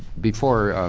before,